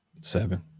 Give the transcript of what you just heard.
Seven